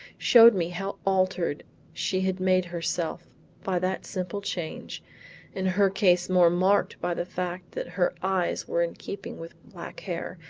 showed me how altered she had made herself by that simple change in her case more marked by the fact that her eyes were in keeping with black hair,